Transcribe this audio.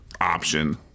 option